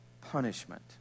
punishment